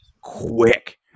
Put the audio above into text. quick